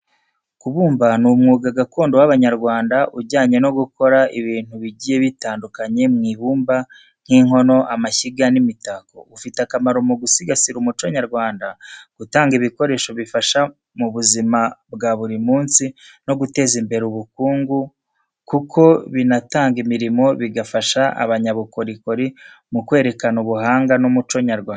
Kubumba ni umwuga gakondo w’Abanyarwanda ujyanye no gukora ibintu bigiye bitandukanye mu ibumba, nk’inkono, amashyiga, n’imitako. Ufite akamaro mu gusigasira umuco nyarwanda, gutanga ibikoresho bifasha mu buzima bwa buri munsi, no guteza imbere ubukungu kuko binatanga imirimo, bigafasha abanyabukorikori mu kwerekana ubuhanga n’umuco nyarwanda.